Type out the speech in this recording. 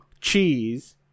cheese